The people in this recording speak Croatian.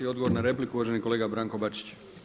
Odgovor na repliku uvaženi kolega Branko Bačić.